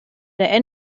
der